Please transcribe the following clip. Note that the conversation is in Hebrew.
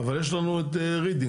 אבל יש לנו את רידינג.